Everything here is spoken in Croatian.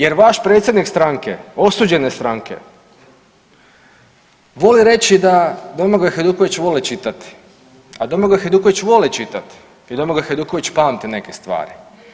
Jer vaš predsjednik stranke, osuđene stranke, voli reći da Domagoj Hajduković voli čitati, a Domagoj Hajduković voli čitati i Domagoj Hajduković pamti neke stvari.